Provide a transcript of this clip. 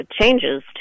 changes